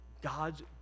God's